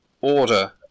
Order